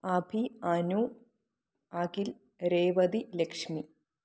Abhi Anu Akhil Revathi Lakshmi